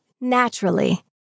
naturally